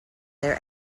their